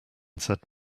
said